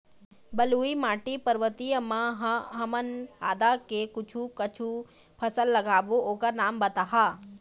बलुई माटी पर्वतीय म ह हमन आदा के कुछू कछु फसल लगाबो ओकर नाम बताहा?